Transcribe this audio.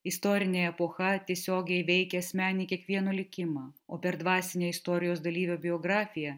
istorinė epocha tiesiogiai veikia asmeninį kiekvieno likimą o per dvasinę istorijos dalyvio biografiją